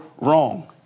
wrong